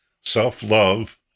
self-love